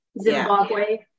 Zimbabwe